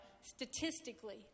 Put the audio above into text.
statistically